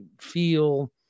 feel